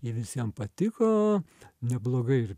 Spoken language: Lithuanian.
ji visiem patiko neblogai ir